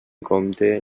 compte